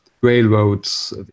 railroads